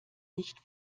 nicht